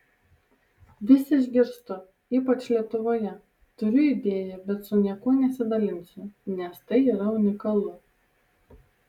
vis išgirstu ypač lietuvoje turiu idėją bet su niekuo nesidalinsiu nes tai yra unikalu